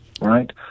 right